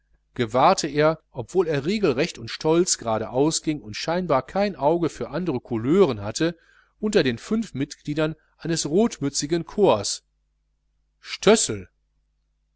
gewahrte er obwohl er regelrecht und stolz geradeaus ging und scheinbar kein auge für andre couleuren hatte unter den fünf mitgliedern eines rotmützigen corps stössel